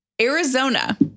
Arizona